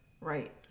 right